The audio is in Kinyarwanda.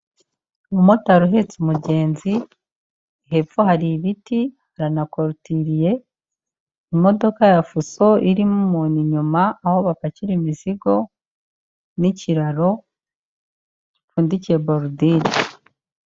Umumotari uhetse umugenzi, hepfo hari ibiti haranakorotiriye, imodoka ya fuso irimo umuntu inyuma aho bapakira imizigo, n'ikiraro gipfundikiye borudire.